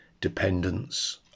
dependence